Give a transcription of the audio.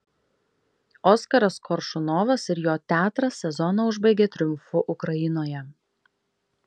oskaras koršunovas ir jo teatras sezoną užbaigė triumfu ukrainoje